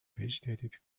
vegetated